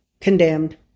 condemned